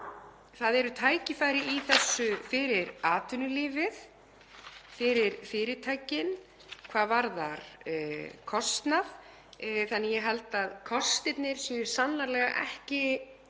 það eru tækifæri í þessu fyrir atvinnulífið, fyrir fyrirtækin, hvað varðar kostnað. Ég held að kostirnir séu sannarlega ekki